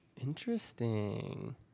interesting